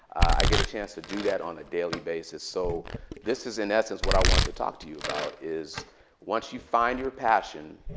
i get a chance to do that on a daily basis. so this is, in essence, what i wanted to talk to you about is once you find your passion,